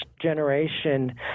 generation